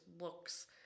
looks